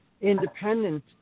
independent